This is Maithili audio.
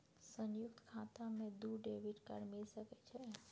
संयुक्त खाता मे दू डेबिट कार्ड मिल सके छै?